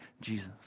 Jesus